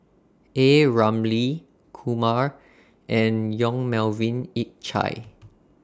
A Ramli Kumar and Yong Melvin Yik Chye